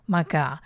Maka